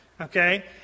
Okay